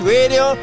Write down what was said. Radio